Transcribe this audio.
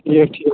ٹھیٖک ٹھیٖک